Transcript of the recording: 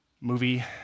movie